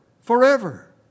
Forever